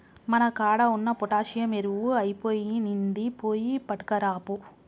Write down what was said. మన కాడ ఉన్న పొటాషియం ఎరువు ఐపొయినింది, పోయి పట్కరాపో